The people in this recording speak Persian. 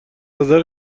نظر